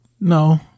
No